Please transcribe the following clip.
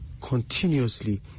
continuously